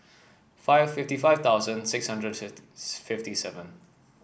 five fifty five thousand six hundred fifty seven